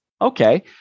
Okay